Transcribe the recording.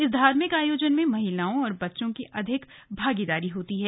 इस धार्मिक आयोजन में महिलाओं और बच्चों की अधिक भागीदारी होती है